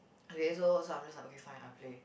okay so so I'm just like okay fine I'll play